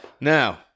Now